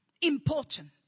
important